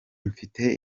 mfite